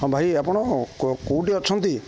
ହଁ ଭାଇ ଆପଣ କେଉଁଠି ଅଛନ୍ତି